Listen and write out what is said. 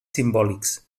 simbòlics